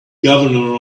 governor